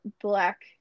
black